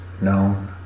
known